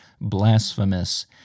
blasphemous